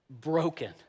broken